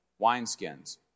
wineskins